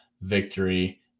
victory